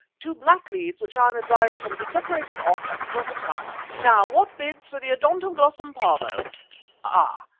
two black leads which i am advised can be separated off at the proper time. now, what bids for the odontoglossum pavo ah!